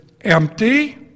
empty